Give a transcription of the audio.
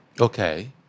Okay